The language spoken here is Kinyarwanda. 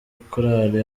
korali